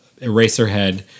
Eraserhead